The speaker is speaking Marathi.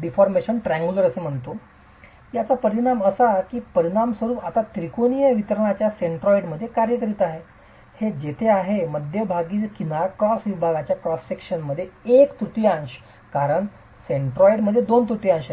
वितरणाखाली आहे याचा परिणाम असा होतो की परिणामस्वरूप आता त्रिकोणीय वितरणाच्या सेन्ट्रॉइडवर कार्य करीत आहेत जे येथे आहे मध्यभागीची किनार क्रॉस विभागाच्या एक तृतीयांश कारण सेंट्रॉइड दोन तृतीयांश आहे